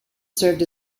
served